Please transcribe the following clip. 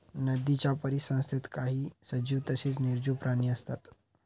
नदीच्या परिसंस्थेत काही सजीव तसेच निर्जीव प्राणी असतात